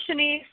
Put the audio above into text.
Shanice